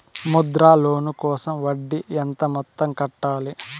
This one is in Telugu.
ముద్ర లోను కోసం వడ్డీ ఎంత మొత్తం కట్టాలి